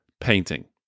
Painting